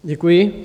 Děkuji.